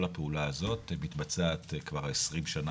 כל הפעולה הזאת מתבצעת כבר מעל 20 שנה,